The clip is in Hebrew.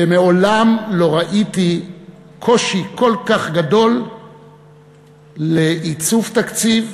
ומעולם לא ראיתי קושי כל כך גדול לעיצוב תקציב,